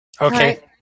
Okay